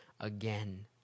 again